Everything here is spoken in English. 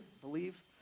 believe